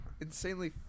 insanely